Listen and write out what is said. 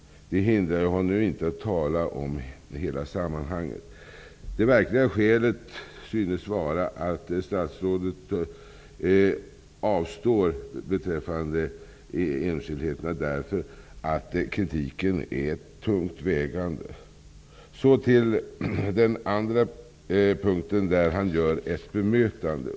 Det hindrar honom inte att tala om hela sammanhanget. Det verkliga skälet synes vara att statsrådet avstår från att kommentera enskildheterna därför att kritiken är tungt vägande. Så till den andra punkten där han gör ett bemötande.